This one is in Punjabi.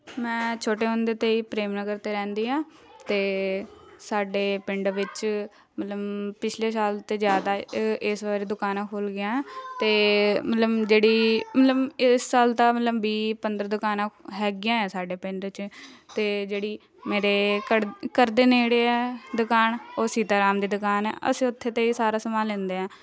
ਮੈਂ ਛੋਟੇ ਹੁੰਦੇ ਤੋਂ ਹੀ ਪ੍ਰੇਮ ਨਗਰ 'ਤੇ ਰਹਿੰਦੀ ਹਾਂ ਅਤੇ ਸਾਡੇ ਪਿੰਡ ਵਿੱਚ ਮਤਲਬ ਪਿਛਲੇ ਸਾਲ ਤੋਂ ਜ਼ਿਆਦਾ ਇਸ ਬਾਰ ਦੁਕਾਨਾਂ ਖੁੱਲ ਗਈਆਂ ਅਤੇ ਮਤਲਬ ਜਿਹੜੀ ਮਤਲਬ ਇਸ ਸਾਲ ਤਾਂ ਮਤਲਬ ਵੀਹ ਪੰਦਰ੍ਹਾਂ ਦੁਕਾਨਾਂ ਹੈਗੀਆਂ ਆ ਸਾਡੇ ਪਿੰਡ 'ਚ ਅਤੇ ਜਿਹੜੀ ਮੇਰੇ ਘੜਦੇ ਘਰਦੇ ਨੇੜੇ ਹੈ ਦਕਾਨ ਉਹ ਸੀਤਾ ਰਾਮ ਦੀ ਦੁਕਾਨ ਆ ਅਸੀਂ ਉੱਥੇ ਤੋਂ ਸਾਰਾ ਸਮਾਨ ਲੈਂਦੇ ਹੈ